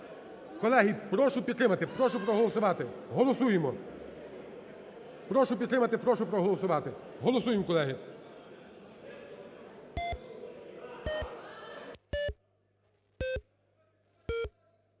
Колеги, прошу підтримати, прошу проголосувати. Голосуємо! Прошу підтримати, прошу проголосувати. Голосуємо, колеги.